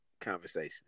conversation